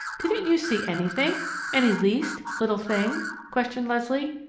didn't you see anything any least little thing? questioned leslie.